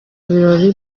ibirori